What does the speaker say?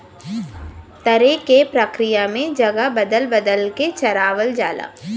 तरे के प्रक्रिया में जगह बदल बदल के चरावल जाला